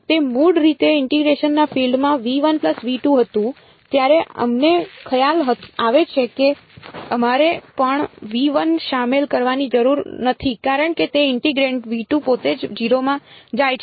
તે મૂળ રીતે ઇન્ટીગ્રેશન ના ફીલ્ડ માં હતું ત્યારે અમને ખ્યાલ આવે છે કે અમારે પણ શામેલ કરવાની જરૂર નથી કારણ કે તે ઇન્ટિગ્રેન્ડ પોતે જ 0 માં જાય છે